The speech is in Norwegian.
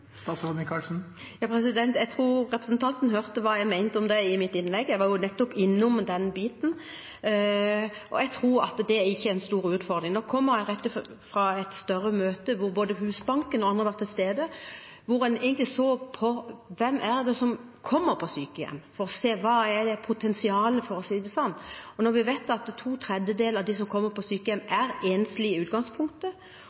Jeg tror representanten hørte hva jeg mente om det da jeg holdt mitt innlegg, jeg var jo nettopp innom den biten. Jeg tror ikke at det er noen stor utfordring. Nå kommer jeg rett fra et større møte hvor både Husbanken og andre var til stede, hvor en egentlig så på hvem som kommer på sykehjem, for å se hva potensialet er – for å si det slik. Når vi vet at to tredjedeler av dem som kommer på sykehjem,